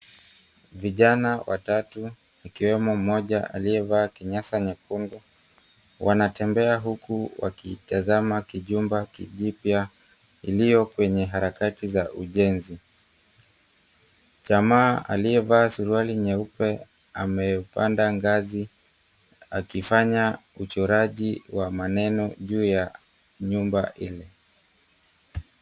Vijana watatu ikiwemo mmoja aliyevaa kinyasa nyekundu, wanatembea huku wakitazama kijumba kijipya iliyo kwenye harakati za ujenzi. Jamaa aliyevaa suruali nyeupe, amepanda ngazi akifanya uchoraji wa maneno juu ya nyumba ile.